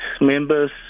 members